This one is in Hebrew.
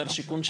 שר שיכון,